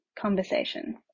conversation